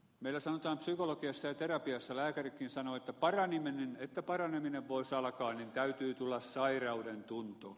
meillä sanotaan psykologiassa ja terapiassa lääkäritkin sanovat että jotta paraneminen voisi alkaa niin täytyy tulla sairaudentunto